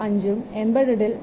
35 ഉം എംബഡഡിൽ 0